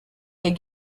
est